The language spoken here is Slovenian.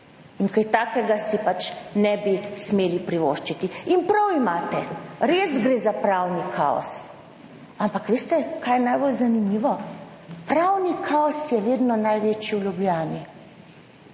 16.05 (Nadaljevanje) bi smeli privoščiti. In prav imate, res gre za pravni kaos, ampak veste kaj je najbolj zanimivo, pravni kaos je vedno največji v Ljubljani.